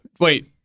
Wait